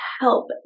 help